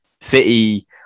City